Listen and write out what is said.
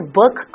book